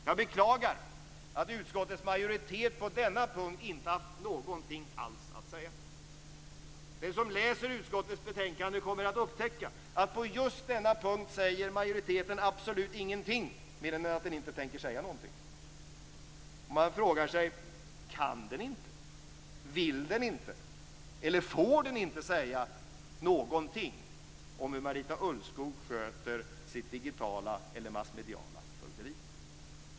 Jag beklagar att utskottets majoritet på denna punkt inte haft någonting alls att säga. Den som läser utskottets betänkande kommer att upptäcka att på just denna punkt säger majoriteten absolut ingenting mer än att man inte tänker säga någonting. Man frågar sig: Kan man inte, vill man inte eller får man inte säga någonting om hur Marita Ulvskog sköter sitt digitala eller massmediala fögderi?